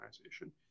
organization